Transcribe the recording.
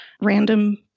Random